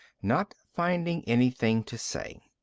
not finding anything to say.